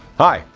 hi,